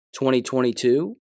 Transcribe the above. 2022